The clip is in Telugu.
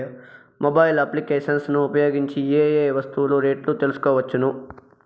మొబైల్ అప్లికేషన్స్ ను ఉపయోగించి ఏ ఏ వస్తువులు రేట్లు తెలుసుకోవచ్చును?